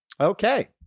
Okay